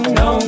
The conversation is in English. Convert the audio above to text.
no